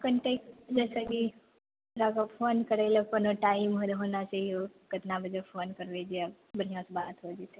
कनि टा जइसे कि तोराके फोन करै लै कोनो टाइम आर होना चाहिए कितना बजे फोन करबै जे बढ़िऑं से बात हो जेतै